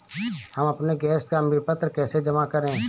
हम अपने गैस का विपत्र कैसे जमा करें?